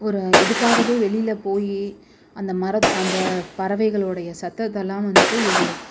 ஒரு இதுக்காகவே வெளியில் போய் அந்த மரத்தை அந்த பறவைகளுடைய சத்தத்தெல்லாம் வந்துவிட்டு ஒரு